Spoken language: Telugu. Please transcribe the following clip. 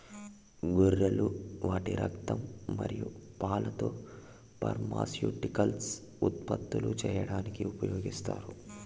గొర్రెలు వాటి రక్తం మరియు పాలతో ఫార్మాస్యూటికల్స్ ఉత్పత్తులు చేయడానికి ఉపయోగిస్తారు